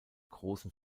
großen